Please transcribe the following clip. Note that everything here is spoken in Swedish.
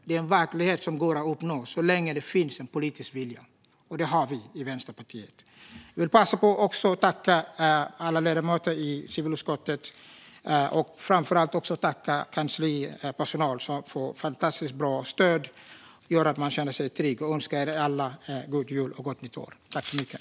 Det är en verklighet som går att uppnå så länge det finns en politisk vilja - och det har vi i Vänsterpartiet. Jag vill också passa på att tacka alla ledamöter i civilutskottet och framför allt vår kanslipersonal, som ger oss fantastiskt bra stöd och gör att man känner sig trygg. Jag önskar er alla en god jul och ett gott nytt år.